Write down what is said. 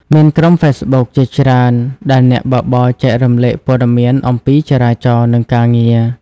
មានក្រុមហ្វេសប៊ុកជាច្រើនដែលអ្នកបើកបរចែករំលែកព័ត៌មានអំពីចរាចរណ៍ និងការងារ។